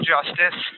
Justice